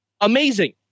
amazing